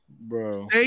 Bro